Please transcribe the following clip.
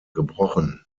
gebrochen